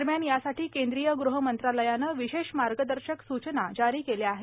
दरम्यान यासाठी केंद्रीय गृह मंत्रालयानं विशेष मार्गदर्शक सूचना जारी केल्या आहेत